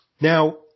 Now